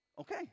okay